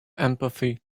empathy